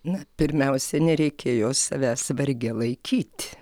na pirmiausia nereikėjo savęs varge laikyti